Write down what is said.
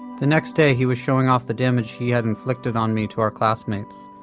the next day he was showing off the damage he had inflicted on me to our classmates.